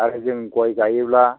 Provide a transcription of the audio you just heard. आरो जों गय गायोब्ला